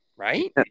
Right